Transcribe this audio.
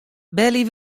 belje